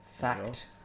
fact